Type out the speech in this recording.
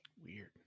Weird